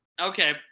Okay